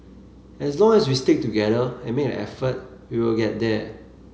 as long as we stick together and make an effort we will get there